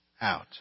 out